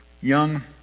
young